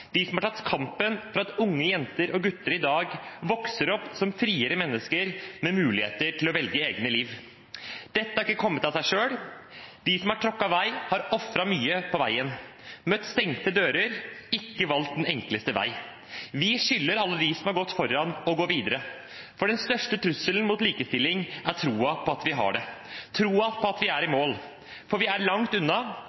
de som har tatt kampen for at unge jenter og gutter i dag vokser opp som friere mennesker med muligheter til å velge eget liv. Dette har ikke kommet av seg selv. De som har tråkket vei, har ofret mye på veien. De har møtt stengte dører og ikke valgt den enkleste vei. Vi skylder alle dem som har gått foran, å gå videre, for den største trusselen mot likestilling er troen på at vi har det,